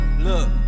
Look